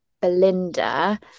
Belinda